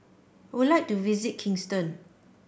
would like to visit Kingston